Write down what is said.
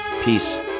Peace